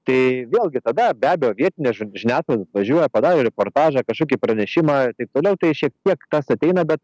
tai vėlgi tada be abejo vietinė žiniasklaida atvažiuoja padaro reportažą kažkokį pranešimą taip toliau tai šiek tiek tas ateina bet